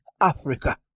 Africa